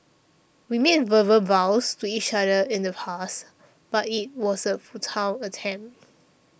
we made verbal vows to each other in the past but it was a futile attempt